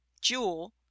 Jewel